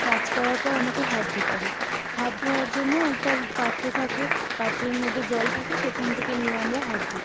কাজ করার পর আমাকে হাত ধুতে হয় হাত ধোয়ার জন্যও একটা পাত্র থাকে পাত্রের মধ্যে জল থাকে সেখান থেকে নিয়ে আমরা হাত ধুই